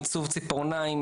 עיצוב ציפורניים,